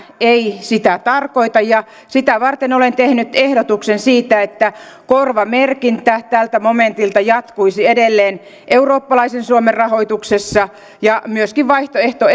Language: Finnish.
ei sitä tarkoita ja sitä varten olen tehnyt ehdotuksen siitä että korvamerkintä tältä momentilta jatkuisi edelleen eurooppalaisen suomen rahoituksessa ja myöskin vaihtoehto